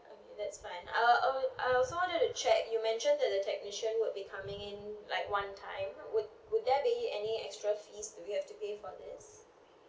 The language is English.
okay that's fine uh uh I also wanted to check you mentioned that the technician would be coming in like one time would would there be any extra fees do we have to pay for this